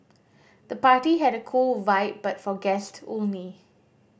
the party had a cool vibe but for guest only